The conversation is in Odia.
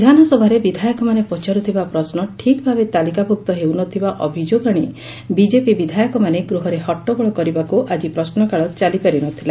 ବିଧାନସଭାରେ ବିଧାୟକମାନେ ପଚାରୁଥିବା ପ୍ରଶ୍ନ ଠିକ୍ ଭାବେ ତାଲିକାଭୁକ୍ତ ହେଉ ନ ଥିବା ଅଭିଯୋଗ ଆଶି ବିଜେପି ବିଧାୟକମାନେ ଗୃହରେ ହଟ୍ଟଗୋଳ କରିବାକୁ ଆଜି ପ୍ରଶ୍ନକାଳ ଚାଲି ପାରି ନ ଥିଲା